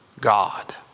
God